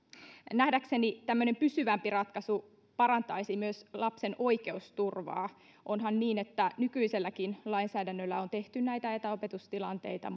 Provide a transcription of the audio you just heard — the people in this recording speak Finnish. nähdäkseni tämmöinen pysyvämpi ratkaisu parantaisi myös lapsen oikeusturvaa onhan niin että nykyiselläkin lainsäädännöllä on tehty näitä etäopetustilanteita